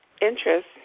interest